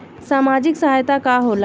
सामाजिक सहायता का होला?